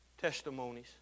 testimonies